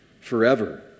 forever